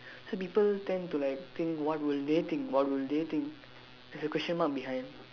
so people tend to like think what will they think what will they think there is a question mark behind